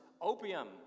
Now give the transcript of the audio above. opium